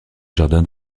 jardin